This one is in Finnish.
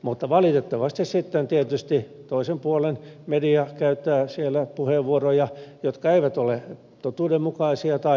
mutta valitettavasti tietysti toisen puolen media käyttää siellä puheenvuoroja jotka eivät ole totuudenmukaisia tai rakentavia